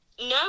No